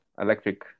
electric